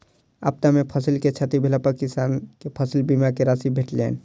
आपदा में फसिल के क्षति भेला पर किसान के फसिल बीमा के राशि भेटलैन